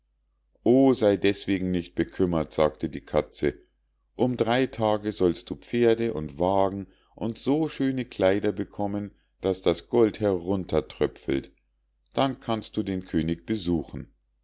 o sei deßwegen nicht bekümmert sagte die katze um drei tage sollst du pferde und wagen und so schöne kleider bekommen daß das gold heruntertröpfelt dann kannst du den könig besuchen